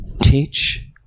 teach